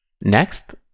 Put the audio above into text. Next